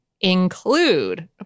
include